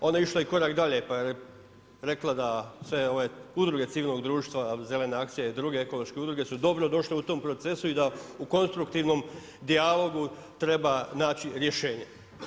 Ona je išla i korak dalje pa je rekla da sve ove udruge civilnog društva, Zelena akcija i druge ekološke udruge su dobrodošle u tom procesu i da u konstruktivnom dijalogu treba naći rješenje.